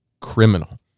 criminal